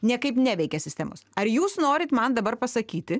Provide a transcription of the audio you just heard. niekaip neveikia sistemos ar jūs norit man dabar pasakyti